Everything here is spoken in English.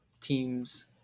teams